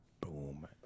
Boom